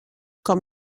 com